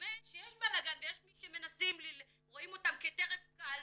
נדמה שיש בלגן ויש מי שרואים אותם כטרף קל,